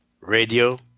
Radio